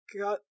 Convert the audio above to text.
Got